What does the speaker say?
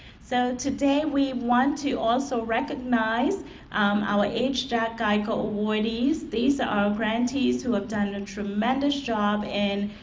so today we want to also recognize our h. jack geiger awardees these are grantees who have done a tremendous job in